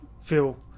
feel